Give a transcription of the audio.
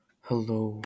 Hello